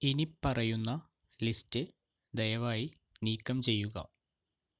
ഇനിപ്പറയുന്ന ലിസ്റ്റ് ദയവായി നീക്കം ചെയ്യുക